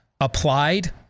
applied